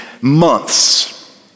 months